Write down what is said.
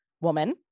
woman